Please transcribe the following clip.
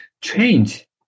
change